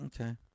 Okay